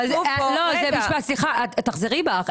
לא, זה משפט, סליחה, תחזרי בך.